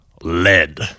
Lead